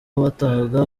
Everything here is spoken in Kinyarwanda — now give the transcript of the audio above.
batahaga